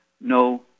no